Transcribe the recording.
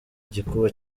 gikuba